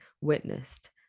witnessed